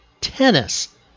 tennis